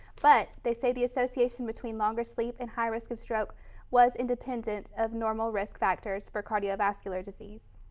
but they say the association between longer sleep and high risk of stroke was independent of normal risk factors for cardiovascular disease.